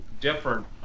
different